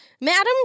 madam